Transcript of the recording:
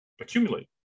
accumulate